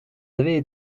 avaient